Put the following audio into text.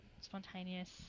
spontaneous